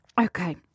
Okay